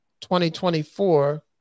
2024